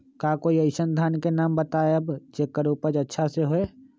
का कोई अइसन धान के नाम बताएब जेकर उपज अच्छा से होय?